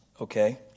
okay